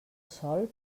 sol